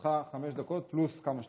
לרשותך חמש דקות פלוס כמה שתרצה.